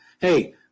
hey